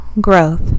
growth